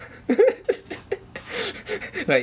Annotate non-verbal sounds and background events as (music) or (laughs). (laughs) right